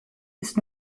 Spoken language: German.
ist